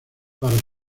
para